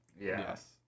Yes